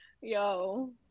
Yo